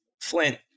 Flint